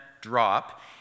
drop